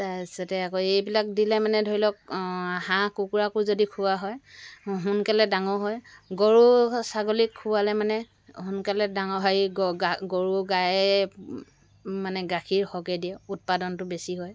তাৰপিছতে আকৌ এইবিলাক দিলে মানে ধৰিলওক হাঁহ কুকুৰাকো যদি খোওৱা হয় সোনকালে ডাঙৰ হয় গৰু ছাগলীক খোৱালে মানে সোনকালে ডাঙৰ গৰু গায়ে মানে গাখীৰ সৰহকৈ দিয়ে উৎপাদনটো বেছি হয়